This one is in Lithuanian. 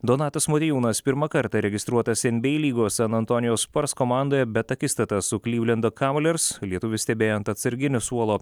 donatas motiejūnas pirmą kartą registruotas en by ei lygos san antonijaus spars komandoje bet akistatą su klivlendo kavaliers lietuvis stebėjo ant atsarginio suolo